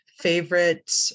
favorite